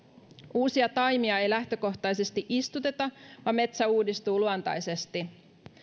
uusia taimia ei lähtökohtaisesti istuteta vaan metsä uudistuu luontaisesti